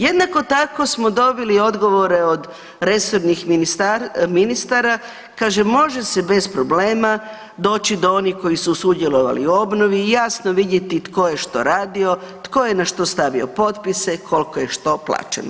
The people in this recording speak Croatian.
Jednako tako smo dobili odgovore od resornih ministara, kaže može se bez problema doći do onih koji su sudjelovali u obnovi i jasno vidjeti tko je što radio, tko je na što stavio potpise, koliko je što plaćeno.